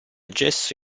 gesso